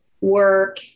work